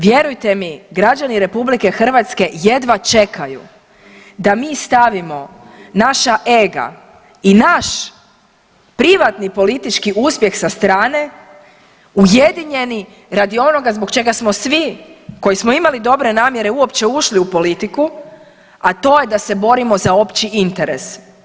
Vjerujte mi, građani RH jedva čekaju da mi stavimo naša ega i naš privatni politički uspjeh sa strane ujedinjeni radi onoga zbog čega smo svi koji smo imali dobre namjere uopće ušli u politiku, a to je da se borimo za opći interes.